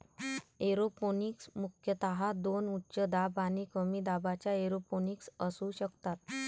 aeroponics मुख्यतः दोन उच्च दाब आणि कमी दाबाच्या एरोपोनिक्स असू शकतात